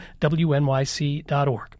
wnyc.org